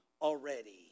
already